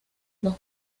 los